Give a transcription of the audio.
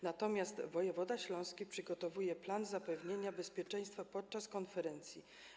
Natomiast wojewoda śląski przygotowuje plan zapewnienia bezpieczeństwa podczas konferencji.